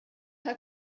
her